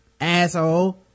Asshole